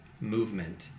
movement